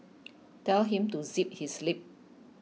tell him to zip his lip